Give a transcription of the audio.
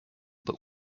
but